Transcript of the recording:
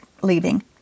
leaving